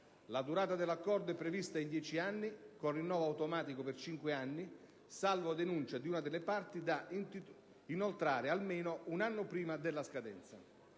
La durata dell'Accordo è prevista in dieci anni, con rinnovo automatico per cinque anni, salvo denuncia di una delle due parti, da inoltrare almeno un anno prima della scadenza.